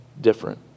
different